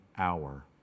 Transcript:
hour